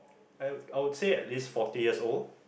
I I would say at least forty years old